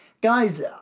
Guys